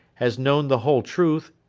has known the whole truth,